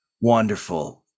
Wonderful